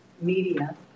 media